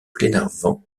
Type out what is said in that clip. glenarvan